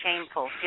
shameful